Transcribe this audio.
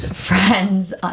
friend's